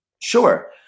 Sure